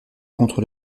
contre